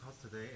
today